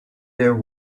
their